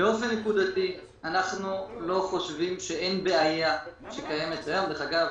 באופן נקודתי אנחנו לא חושבים שאין בעיה שקיימת --- דרך אגב,